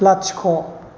लाथिख'